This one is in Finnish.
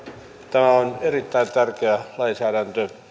tämä on erittäin tärkeä lainsäädäntö